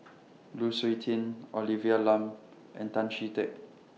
Lu Suitin Olivia Lum and Tan Chee Teck